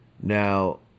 Now